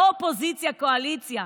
לא אופוזיציה קואליציה.